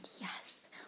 yes